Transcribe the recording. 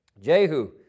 Jehu